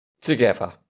Together